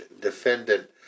defendant